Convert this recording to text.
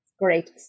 Great